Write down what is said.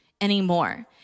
anymore